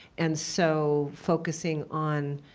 and so focusing on